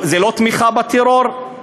זה לא תמיכה בטרור?